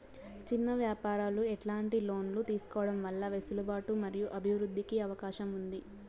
చిన్న వ్యాపారాలు ఎట్లాంటి లోన్లు తీసుకోవడం వల్ల వెసులుబాటు మరియు అభివృద్ధి కి అవకాశం ఉంది?